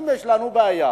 אם יש לנו בעיה,